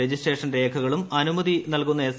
രജിസ് ട്രേഷൻ രേഖകളും അനുമതി നൽകുന്ന എസ്